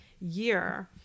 year